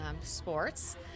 sports